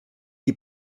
die